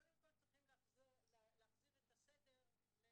קודם כל, צריכים להחזיר את הסדר לקדמותו: